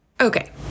Okay